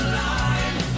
line